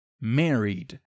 married